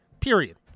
Period